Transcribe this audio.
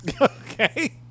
Okay